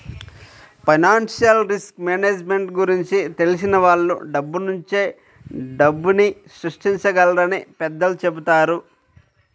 financial risk management గురించి తెలిసిన వాళ్ళు డబ్బునుంచే డబ్బుని సృష్టించగలరని పెద్దలు చెబుతారు